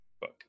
book